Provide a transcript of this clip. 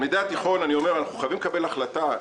מי נמצא כאן?